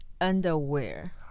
underwear